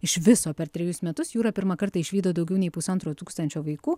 iš viso per trejus metus jūrą pirmą kartą išvydo daugiau nei pusantro tūkstančio vaikų